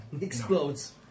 Explodes